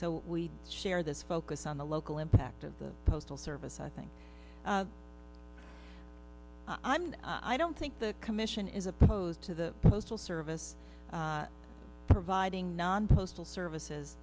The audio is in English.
so we share this focus on the local impact of the postal service i think i'm i don't think the commission is opposed to the postal service providing non postal services